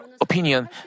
opinion